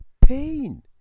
pain